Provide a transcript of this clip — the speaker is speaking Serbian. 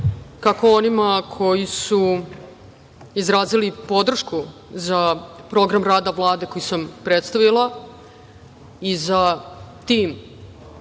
kako onima koji su izrazili podršku za program rada Vlade koji sam predstavila i za tim